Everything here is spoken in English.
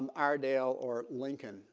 and iredell or lincoln